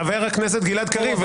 חבר הכנסת גלעד קריב,